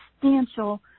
substantial